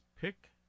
pick